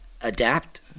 adapt